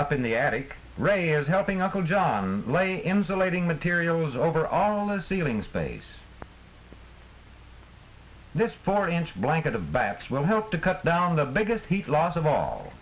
up in the attic ready as helping us will john lay insulating materials over all the ceiling space this forty inch blanket of bikes will help to cut down the biggest heat loss of all